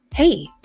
Hey